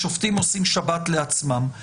לגבי המסדרונות,